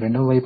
K 1 చూస్తారు